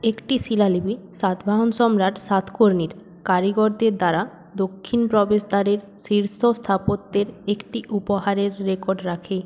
একটি শিলালিপি সাতবাহন সম্রাট সাতকর্ণীর কারিগরদের দ্বারা দক্ষিণ প্রবেশদ্বারের শীর্ষ স্থাপত্যের একটি উপহারের রেকর্ড রাখে